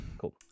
Cool